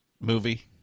movie